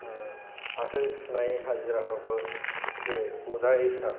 फाथो सुनाय हाजिराफोरावबो जेरै बजा हिसाब